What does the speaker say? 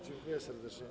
Dziękuję serdecznie.